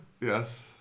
Yes